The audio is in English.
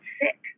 sick